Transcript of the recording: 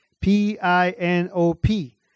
P-I-N-O-P